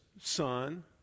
son